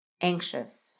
anxious